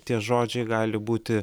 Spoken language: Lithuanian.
tie žodžiai gali būti